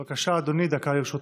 בבקשה, אדוני, דקה לרשותך.